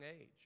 age